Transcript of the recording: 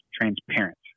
transparent